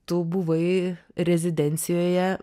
tu buvai rezidencijoje